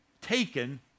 taken